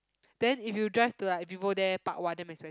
then if you drive to like Vivo there park !wah! damn expensive